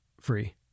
free